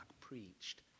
preached